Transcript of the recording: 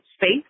space